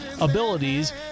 abilities